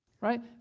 Right